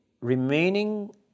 remaining